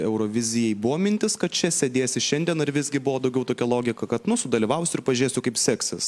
eurovizijai buvo mintis kad čia sėdėsi šiandien ar visgi buvo daugiau tokia logika kad nu sudalyvausiu ir pažiūrėsiu kaip seksis